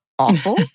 awful